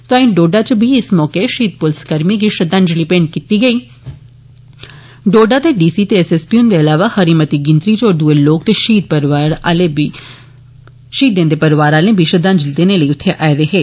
तोआई डोडा च बी इस मौके शहीद पुलस कर्मिए गी श्रद्धांजलि भेंट कीती गेई डोडा दे डी सी ते एस एस पी हुन्दे इलावा खरी मती गिनतरी होर दुए लोक ते शहीदें दे परिवारे दे बी श्रद्धांजलि देने लेई आए दे हे